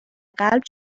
قلب